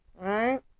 right